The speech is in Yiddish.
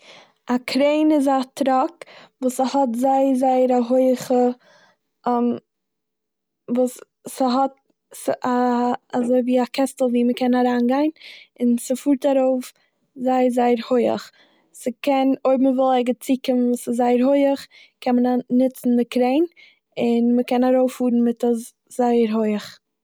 א קרעין איז א טראק וואס ס'האט זייער זייער א הויעכע וואס ס'האט ס'א- אזויווי א קעסטל וואו מ'קען אריין, און ס'פארט ארויף זייער זייער הויעך. ס'קען- אויב מ'וויל ערגעץ צוקומען און ס'זייער הויעך קען מען נ- נוצן די קרעין און מ'קען ארויפפארן מיט עס זייער הויעך.